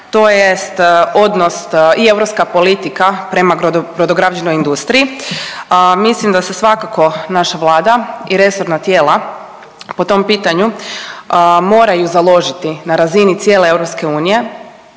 tj. odnos i europska politika prema brodograđevnoj industriji, a mislim da se svakako naša Vlada i resorna tijela po tom pitanju moraju založiti na razini cijele EU, na